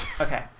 Okay